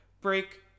break